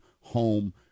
home